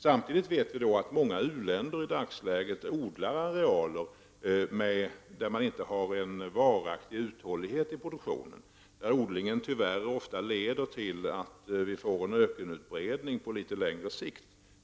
Samtidigt vet vi att många u-länder i dagsläget odlar arealer där det inte finns en varaktig uthållighet i produktionen. Odlingen leder tyvärr ofta till en ökenutbredning på litet längre sikt.